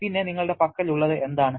പിന്നെ നിങ്ങളുടെ പക്കലുള്ളത് എന്താണ്